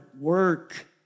work